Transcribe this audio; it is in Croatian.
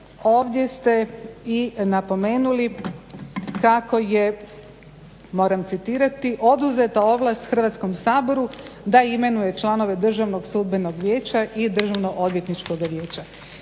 ovdje ste napomenuli moram citirati "oduzeta ovlast Hrvatskom saboru da imenuje članove Državnog sudbenog vijeća i Državnog odvjetničkog vijeća".